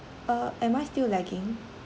uh am I still lagging